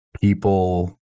people